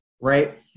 right